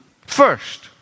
first